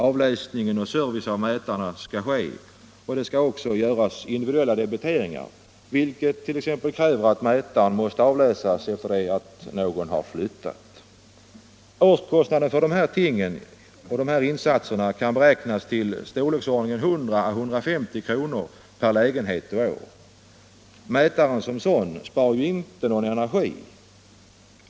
Avläsning och service av mätarna måste också företas, och det skall även göras individuella debiteringar, vilket t.ex. kräver att mätaren måste avläsas varje gång någon flyttar. Årskostnaden för de här insatserna kan beräknas till storleksordningen 100 å 150 kr. per lägenhet och år. Mätaren som sådan spar ju inte någon energi.